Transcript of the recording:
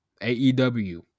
AEW